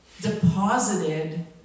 deposited